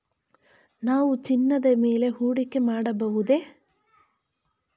ನಾವು ಚಿನ್ನದ ಮೇಲೆ ಹೂಡಿಕೆ ಮಾಡಬಹುದೇ?